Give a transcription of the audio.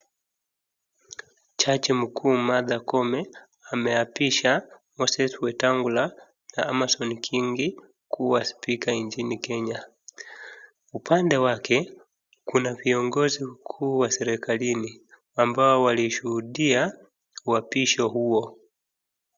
Jaji mkuu Martha Koome ameapisha moses Wetangula na Amason Kingi kuwa spika nchini Kenya. Upande wake kuna viongozi wakuu wa serikalini amabao walishuhudia uapisho huwo.